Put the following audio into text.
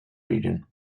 region